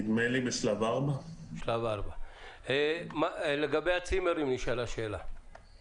נדמה לי שבשלב 4. נשאלה שאלה לגבי הצימרים.